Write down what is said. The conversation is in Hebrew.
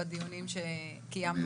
אני יודע.